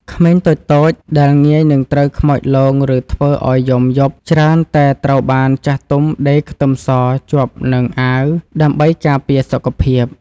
ក្មេងតូចៗដែលងាយនឹងត្រូវខ្មោចលងឬធ្វើឱ្យយំយប់ច្រើនតែត្រូវបានចាស់ទុំដេរខ្ទឹមសជាប់នឹងអាវដើម្បីការពារសុខភាព។